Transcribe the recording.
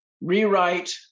rewrite